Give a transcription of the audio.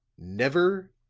never,